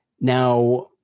Now